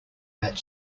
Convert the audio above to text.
that